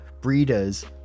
breeders